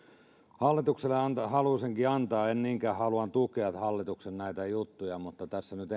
hallitukselle haluaisinkin antaa toimenpiteitä en niinkään haluan tukea näitä hallituksen juttuja mutta nyt